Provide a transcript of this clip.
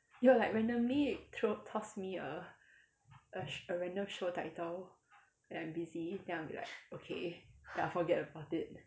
you will like randomly throw toss me a a sh~ a random show title when I'm busy then I will be like okay then I will forget about it